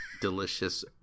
delicious